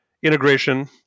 Integration